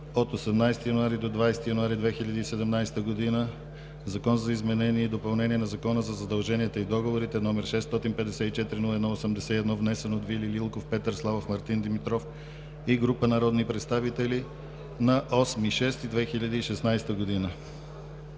от 18 до 20 януари 2017 г. – Законът за изменение и допълнение на Закона за задълженията и договорите, № 654-01-81, внесен от Вили Лилков, Петър Славов, Мартин Димитров и група народни представители на 8 юни 2016 г.